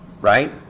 right